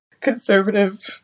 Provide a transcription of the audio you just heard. conservative